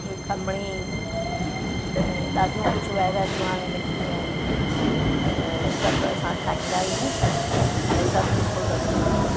खमणी ॾाढियूं कुझु वैरायटियूं हाणे निकितियूं आहिनि त सभु असां ठाहींदा आहियूं ऐं सभु सुठो लॻंदो आहे